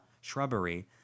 shrubbery